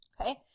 Okay